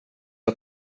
att